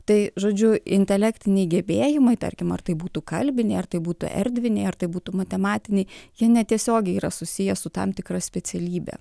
tai žodžiu intelektiniai gebėjimai tarkim ar tai būtų kalbiniai ar tai būtų erdviniai ar tai būtų matematiniai jie netiesiogiai yra susiję su tam tikra specialybe